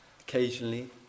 Occasionally